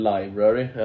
Library